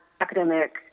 academic